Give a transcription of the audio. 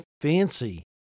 fancy